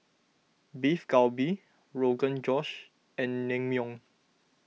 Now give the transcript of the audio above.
Beef Galbi Rogan Josh and Naengmyeon